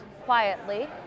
quietly